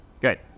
good